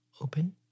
open